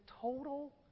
total